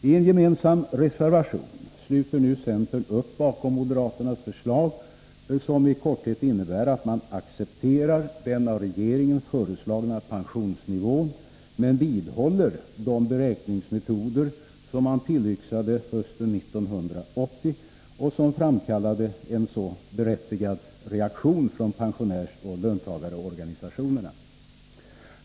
I en gemensam reservation sluter nu centern upp bakom moderaternas förslag, som i korthet innebär att man accepterar den av regeringen föreslagna pensionsnivån men vidhåller de beräkningsmetoder som man tillyxade hösten 1980 och som framkallade en så berättigad reaktion från pensionärsoch löntagarorganisationerna.